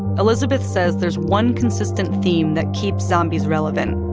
elizabeth says there's one consistent theme that keeps zombies relevant.